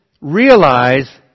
realize